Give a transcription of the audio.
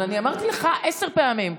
אבל אני אמרתי לך עשר פעמים.